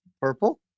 purple